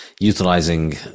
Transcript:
Utilizing